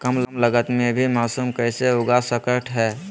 कम लगत मे भी मासूम कैसे उगा स्केट है?